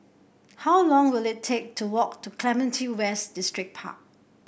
how long will it take to walk to Clementi West Distripark